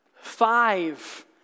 Five